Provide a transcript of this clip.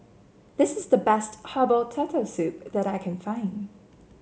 this is the best Herbal Turtle Soup that I can find